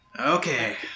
Okay